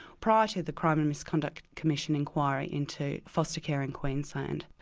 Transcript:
prior to the crime and misconduct commission inquiry into foster care in queensland,